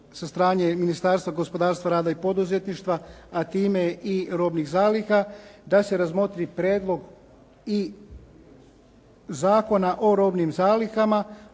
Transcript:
sa strane Ministarstva gospodarstva, rada i poduzetništva a time i robnih zaliha da se razmotri prijedlog i Zakona o robnim zalihama